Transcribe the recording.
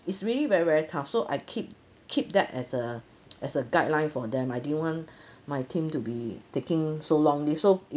it's really very very tough so I keep keep that as a as a guideline for them I didn't want my team to be taking so long leave so I